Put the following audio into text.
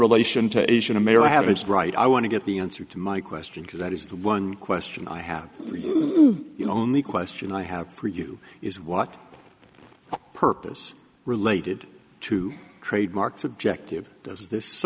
relation to asian a mayor have it right i want to get the answer to my question because that is the one question i have only question i have for you is what purpose related to trademarks objective does this